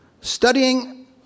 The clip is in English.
studying